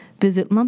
visit